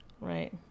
Right